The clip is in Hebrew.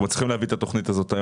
מצליחים להביא היום את התכנית הזאת.